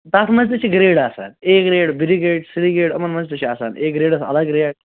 تتھ مَنٛز تہِ چھِ گرٛیڈ آسان A grade B grade C grade یِمَن مَنٛز تہِ چھُ آسان اے گرٛیڈَس الگ ریٹ